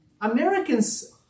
Americans